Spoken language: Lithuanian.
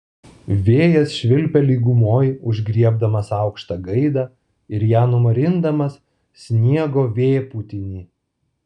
vėjas švilpia lygumoj užgriebdamas aukštą gaidą ir ją numarindamas sniego vėpūtiny